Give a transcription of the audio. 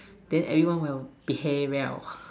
then everyone will behave well